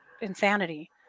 insanity